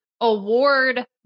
award